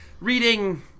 reading